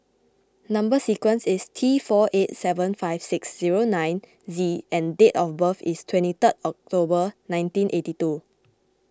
Number Sequence is T four eight seven five six zero nine Z and date of birth is twenty third October nineteen eighty two